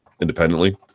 independently